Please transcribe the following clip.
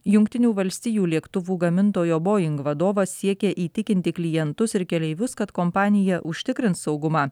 jungtinių valstijų lėktuvų gamintojo boing vadovas siekia įtikinti klientus ir keleivius kad kompanija užtikrins saugumą